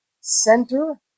center